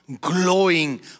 Glowing